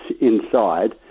inside